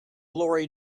lorry